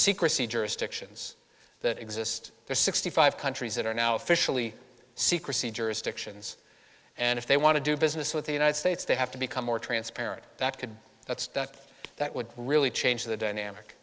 secrecy jurisdictions that exist there are sixty five countries that are now officially secrecy jurisdictions and if they want to do business with the united states they have to become more transparent that could that stuff that would really change the dynamic